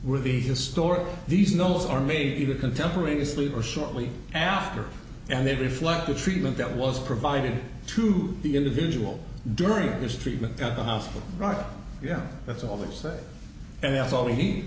were the historical these notes are made contemporaneously or shortly after and they reflect the treatment that was provided to the individual during his treatment at the hospital right yeah that's all they say and that's